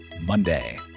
Monday